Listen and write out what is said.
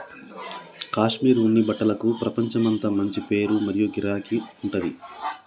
కాశ్మీర్ ఉన్ని బట్టలకు ప్రపంచమంతా మంచి పేరు మరియు గిరాకీ ఉంటది